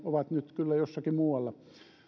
ovat nyt kyllä jossakin muualla